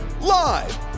Live